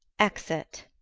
exit